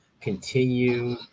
continue